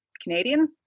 Canadian